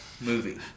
movie